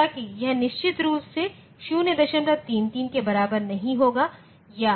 हालाँकि यह निश्चित रूप से 033 के बराबर नहीं होगा या